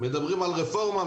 מדברים על רפורמה,